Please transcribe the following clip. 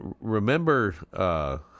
Remember